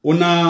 Una